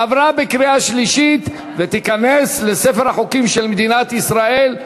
עברה בקריאה שלישית ותיכנס לספר החוקים של מדינת ישראל.